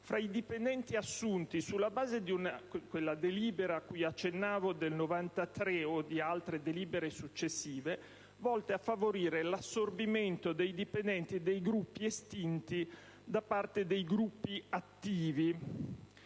tra i dipendenti assunti sulla base della delibera - cui accennavo - del 1993 o di altre successive, volte a favorire l'assorbimento dei dipendenti dei Gruppi estinti da parte dei Gruppi attivi,